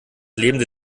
lebende